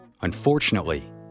Unfortunately